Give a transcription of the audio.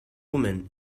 woman